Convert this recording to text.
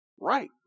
right